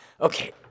Okay